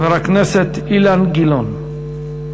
חבר הכנסת אילן גילאון.